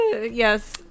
Yes